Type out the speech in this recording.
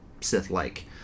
Sith-like